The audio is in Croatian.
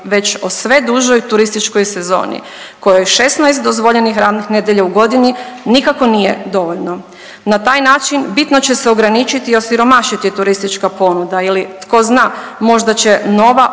već o sve dužoj turističkoj sezoni kojoj 16 dozvoljenih radnih nedjelja u godini nikako nije dovoljno. Na taj način bitno će se ograničiti i osiromašiti turistička ponuda ili tko zna možda će nova